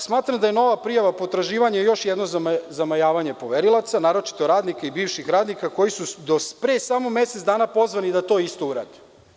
Smatram da je nova prijava potraživanja još jedno zamajavanje poverilaca, naročito radnika i bivših radnika koji su do pre samo mesec dana pozvani da to isto urade.